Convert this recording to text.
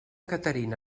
caterina